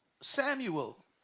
Samuel